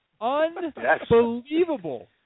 Unbelievable